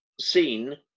seen